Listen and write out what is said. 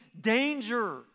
danger